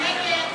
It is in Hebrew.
נגד?